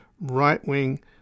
right-wing